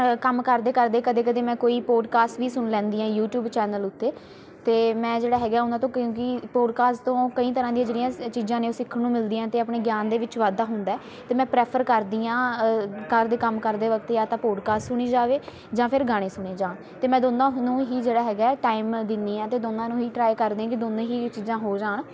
ਅ ਕੰਮ ਕਰਦੇ ਕਰਦੇ ਕਦੇ ਕਦੇ ਮੈਂ ਕੋਈ ਪੋਡਕਾਸਟ ਵੀ ਸੁਣ ਲੈਂਦੀ ਹਾਂ ਯੂਟੀਊਬ ਚੈਨਲ ਉੱਤੇ ਅਤੇ ਮੈਂ ਜਿਹੜਾ ਹੈਗਾ ਉਹਨਾਂ ਤੋਂ ਕਿਉਂਕਿ ਪੋਡਕਾਸਟ ਤੋਂ ਕਈ ਤਰ੍ਹਾਂ ਦੀਆਂ ਜਿਹੜੀਆਂ ਸ ਚੀਜ਼ਾਂ ਨੇ ਉਹ ਸਿੱਖਣ ਨੂੰ ਮਿਲਦੀਆਂ ਅਤੇ ਆਪਣੇ ਗਿਆਨ ਦੇ ਵਿੱਚ ਵਾਧਾ ਹੁੰਦਾ ਅਤੇ ਮੈਂ ਪ੍ਰੈਫਰ ਕਰਦੀ ਹਾਂ ਘਰ ਦੇ ਕੰਮ ਕਰਦੇ ਵਕਤ ਜਾਂ ਤਾਂ ਪੋਡਕਾਸਟ ਸੁਣੀ ਜਾਵੇ ਜਾਂ ਫਿਰ ਗਾਣੇ ਸੁਣੇ ਜਾਣ ਅਤੇ ਮੈਂ ਦੋਨਾਂ ਨੂੰ ਹੀ ਜਿਹੜਾ ਹੈਗਾ ਟਾਈਮ ਦਿੰਨੀ ਹਾਂ ਅਤੇ ਦੋਨਾਂ ਨੂੰ ਹੀ ਟਰਾਈ ਕਰਦੇ ਦੋਨੋਂ ਹੀ ਇਹ ਚੀਜ਼ਾਂ ਹੋ ਜਾਣ